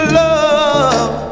love